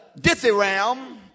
dithyram